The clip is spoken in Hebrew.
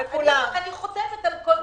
אני חותמת על כל מילה.